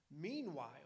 Meanwhile